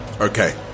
Okay